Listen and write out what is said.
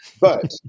but-